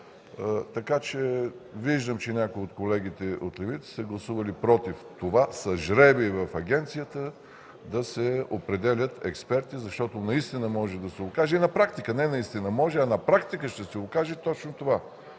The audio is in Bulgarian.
оценките. Виждам, че някои от колегите от левицата са гласували „против” това с жребий в агенцията да се определят експерти, защото наистина може да се окаже – не наистина може, а на практика ще се окаже точно това.